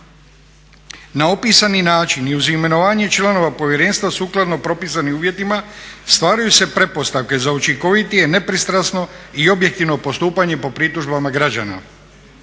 Na opisani način i uz imenovanje članova povjerenstva sukladno propisanim uvjetima ostvaruju se pretpostavke za učinkovitije, nepristrano i objektivno postupanje po pritužbama građana.